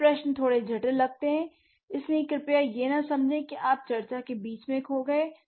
ये प्रश्न थोड़े जटिल लगते हैं इसलिए कृपया यह न समझें कि आप चर्चा के बीच में खो गए हैं